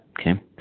Okay